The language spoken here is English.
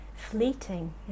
fleeting